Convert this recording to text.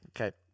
okay